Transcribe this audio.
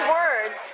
words